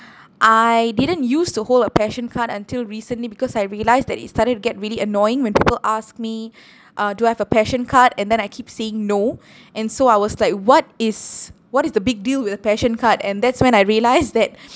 I didn't use to hold a PAssion card until recently because I realised that it started to get really annoying when people asked me uh do I have a PAssion card and then I keep saying no and so I was like what is what is the big deal with the PAssion card and that's when I realised that